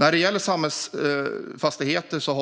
När det gäller samhällsfastigheter